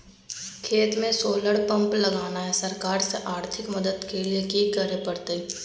खेत में solar pump लगाना है, सरकार से आर्थिक मदद के लिए की करे परतय?